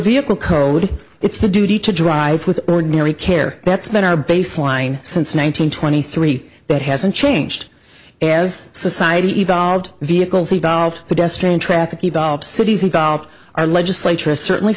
vehicle code it's the duty to drive with ordinary care that's been our baseline since one thousand twenty three that hasn't changed as society evolved vehicles evolved but yes train traffic evolved cities involved our legislature certainly